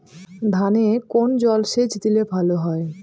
ধানে কোন জলসেচ দিলে ভাল হয়?